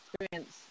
experience